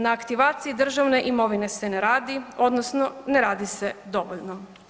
Na aktivaciji državne imovine se ne radi odnosno ne radi se dovoljno.